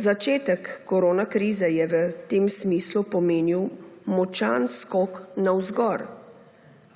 Začetek koronakrize je v tem smislu pomenil močan skok navzgor,